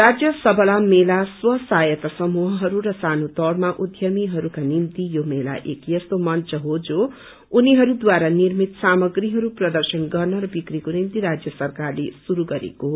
राज्य सवला मेला स्व सहायता समूहहरू र सानो तौरमा उध्यमिहरूका निम्ति यो मेला एक यस्तो मंच हो जो उनिहरूद्वारा निर्मित सामग्रीहरू प्रदर्शन गर्न र विक्रीको निम्ति राज्य सरकारले शुरू गरेको हो